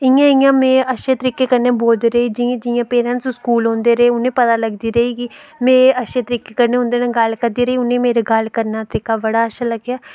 इयां इयां में अच्छे तरीके कन्नै बोलदे रेही पेरैंटस स्कूल औंदे रेह् उनेंगी पता लगदी रेही कि में अच्छे तरीके कन्नै उंदे कन्नै गल्ल करदी रेही उनेंगी मेरा गल्ल करने दा तरीका बड़ा अच्छा लग्गेआ